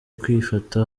kwifata